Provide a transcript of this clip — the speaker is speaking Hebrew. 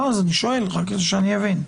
אני שואל, רק כדי שאני אבין.